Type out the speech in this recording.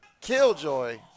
Killjoy